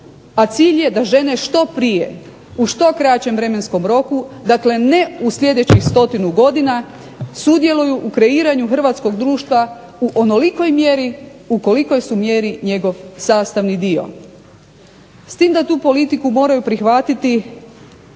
a cilj je da žene što prije, u što kraćem vremenskom roku, dakle ne u sljedećih stotinu godina, sudjeluju u kreiranju hrvatskog društva u onolikoj mjeri u kolikoj su mjeri njegov sastavni dio s tim da tu politiku moraju prihvatiti